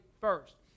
first